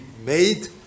made